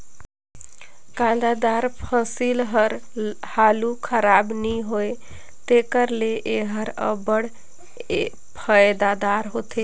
कांदादार फसिल हर हालु खराब नी होए तेकर ले एहर अब्बड़ फएदादार होथे